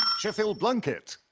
sheffield, blunkett.